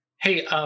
hey